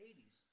80s